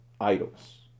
idols